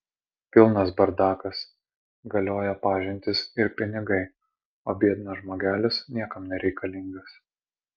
pilnas bardakas galioja pažintys ir pinigai o biednas žmogelis niekam nereikalingas